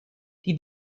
die